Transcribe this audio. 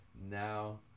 now